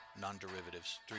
Non-Derivatives